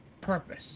Purpose